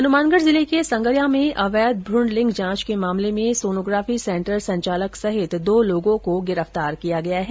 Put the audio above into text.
हनुमानगढ़ जिले के संगरिया में अवैध भ्रुण लिंग जांच के मामले में सोनोग्राफी सेंटर संचालक सहित दो लोगों को गिरफ्तार किया गया है